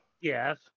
Yes